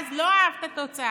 ואז לא אהב את התוצאה,